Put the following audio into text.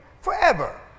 forever